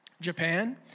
Japan